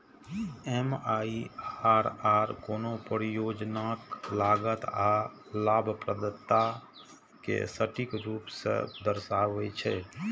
MIRR कोनो परियोजनाक लागत आ लाभप्रदता कें सटीक रूप सं दर्शाबै छै